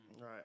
Right